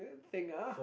thing ah